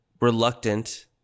reluctant